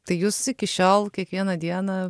tai jūs iki šiol kiekvieną dieną